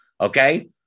okay